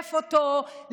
לגדף אותו,